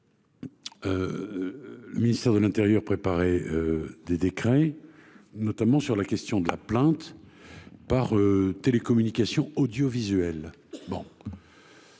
Le ministère de l'intérieur prépare des décrets, notamment sur la question de la plainte par télécommunication audiovisuelle. À